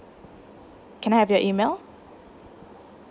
can I have your email